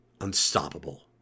unstoppable